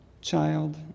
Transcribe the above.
child